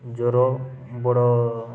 ଜ୍ୱର ବଡ଼